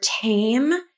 tame